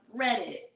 Reddit